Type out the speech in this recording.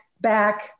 back